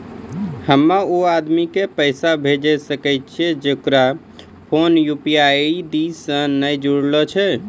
हम्मय उ आदमी के पैसा भेजै सकय छियै जेकरो फोन यु.पी.आई से नैय जूरलो छै?